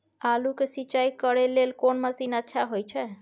आलू के सिंचाई करे लेल कोन मसीन अच्छा होय छै?